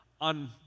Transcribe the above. on